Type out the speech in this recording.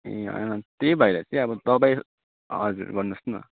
ए अँ त्यही भएर चाहिँ अब दवाई हजुर भन्नुहोस् न